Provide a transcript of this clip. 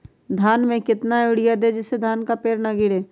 धान में कितना यूरिया दे जिससे धान का पेड़ ना गिरे?